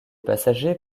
passagers